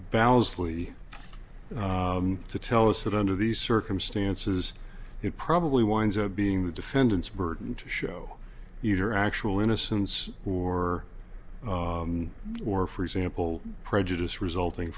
balance lee to tell us that under these circumstances it probably winds up being the defendant's burden to show either actual innocence or or for example prejudice resulting